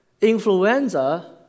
influenza